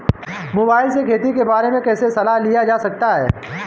Mobile से खेती के बारे कैसे सलाह लिया जा सकता है?